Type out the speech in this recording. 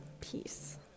peace